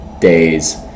days